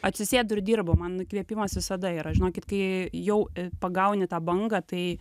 atsisėdu ir dirbu man įkvėpimas visada yra žinokit kai jau pagauni tą bangą tai